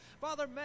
Father